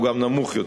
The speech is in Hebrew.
הוא גם נמוך יותר.